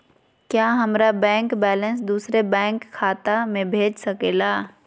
क्या हमारा bank balance दूसरे बैंक खाता में भेज सके ला?